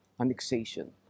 annexation